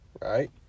right